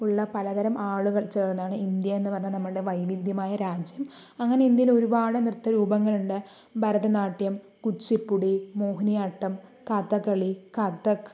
ഉള്ള പലതരം ആളുകൾ ചേർന്നാണ് ഇന്ത്യ എന്ന് പറഞ്ഞ നമ്മുടെ വൈവിധ്യമായ രാജ്യം അങ്ങനെ ഇന്ത്യയിൽ ഒരുപാട് നൃത്ത രൂപങ്ങളുണ്ട് ഭരതനാട്ട്യം കുച്ചിപ്പുടി മോഹിനിയാട്ടം കഥകളി കഥക്